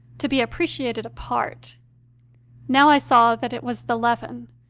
to be appreciated apart now i saw that it was the leaven,